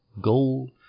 Gold